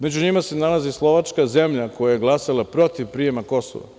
Među njima se nalazi Slovačka, zemlja koja je glasala protiv prijema Kosova u UNESKO.